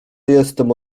jestem